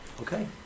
Okay